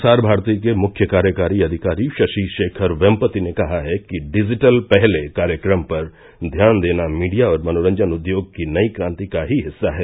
प्रसार भारती के मुख्य कार्यकारी अधिकारी शशि शेखर वेमपति ने कहा है कि डिजिटल पहले कार्यक्रम पर ध्यान देना मीडिया और मनोरंजन उद्योग की नई क्रांति का ही हिस्सा है